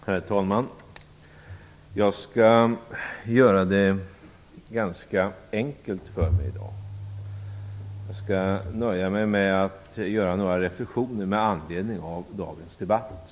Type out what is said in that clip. Herr talman! Jag skall göra det ganska enkelt för mig i dag. Jag skall nöja mig med att göra några reflexioner med anledning av dagens debatt.